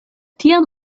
tiam